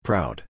Proud